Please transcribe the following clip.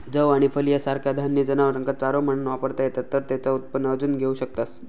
जौ आणि फलिया सारखा धान्य जनावरांका चारो म्हणान वापरता येता तर तेचा उत्पन्न अजून घेऊ शकतास